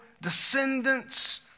descendants